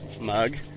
mug